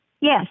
Yes